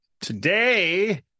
today